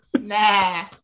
Nah